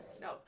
No